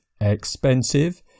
Expensive